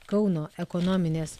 kauno ekonominės